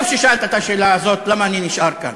טוב ששאלת את השאלה הזאת, למה אני נשאר כאן.